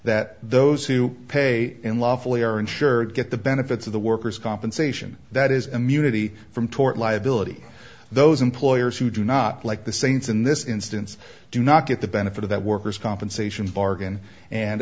that those who pay unlawfully are insured get the benefits of the workers compensation that is immunity from tort liability those employers who do not like the saints in this instance do not get the benefit of that worker's compensation bargain and